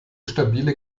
stabile